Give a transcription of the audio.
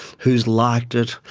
who has liked it,